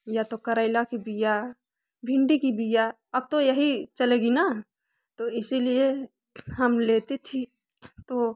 या तो करैला कि बिया भिंडी कि बिया अब तो यही चलेगी ना तो इसीलिए हम लेती थी तो